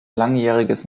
langjähriges